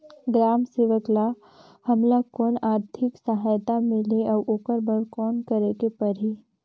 ग्राम सेवक ल हमला कौन आरथिक सहायता मिलही अउ ओकर बर कौन करे के परही?